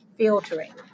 filtering